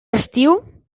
estiu